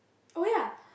oh ya